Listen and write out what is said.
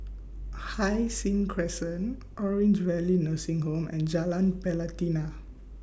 Hai Sing Crescent Orange Valley Nursing Home and Jalan Pelatina